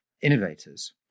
innovators